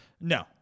No